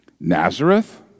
Nazareth